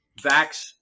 Vax